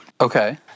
Okay